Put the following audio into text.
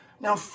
Now